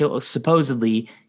supposedly